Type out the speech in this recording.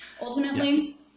ultimately